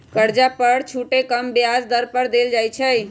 कर्जा पर छुट कम ब्याज दर पर देल जाइ छइ